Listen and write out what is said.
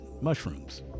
mushrooms